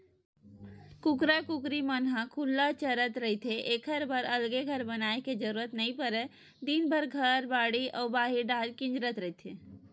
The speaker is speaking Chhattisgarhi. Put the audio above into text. कुकरा कुकरी मन ह खुल्ला चरत रहिथे एखर बर अलगे घर बनाए के जरूरत नइ परय दिनभर घर, बाड़ी अउ बाहिर डाहर किंजरत रहिथे